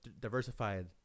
diversified